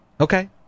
Okay